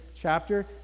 chapter